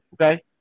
Okay